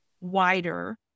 wider